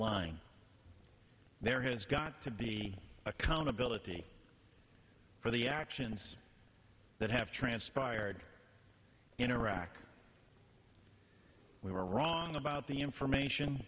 line there has got to be accountability for the actions that have transpired in iraq we were wrong about the information